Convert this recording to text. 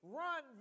run